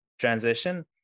Transition